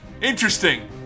Interesting